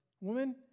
Woman